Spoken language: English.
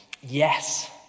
yes